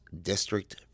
District